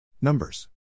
Numbers